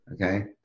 Okay